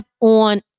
on